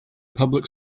public